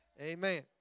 amen